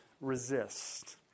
resist